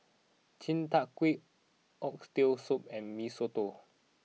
Chi Kak Kuih Oxtail Soup and Mee Soto